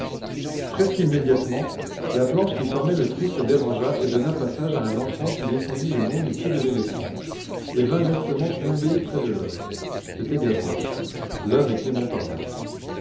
presque immédiatement la planche qui fermait le trou se dérangea et donna passage à un enfant qui descendit le long du pied de l'éléphant et vint lestement tomber près de l'homme c'était gavroche l'homme était montparnasse